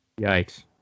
Yikes